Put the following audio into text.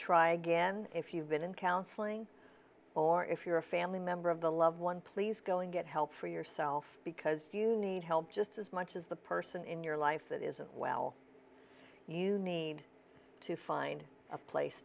try again if you've been in counseling or if you're a family member of the loved one please go and get help for yourself because you need help just as much as the person in your life that isn't well you need to find a place